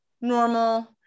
normal